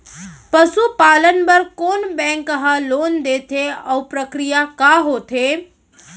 पसु पालन बर कोन बैंक ह लोन देथे अऊ प्रक्रिया का होथे?